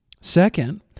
Second